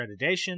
accreditation